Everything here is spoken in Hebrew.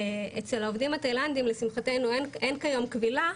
אצל העובדים התאילנדים, לשמחתנו, אין כיום כבילה,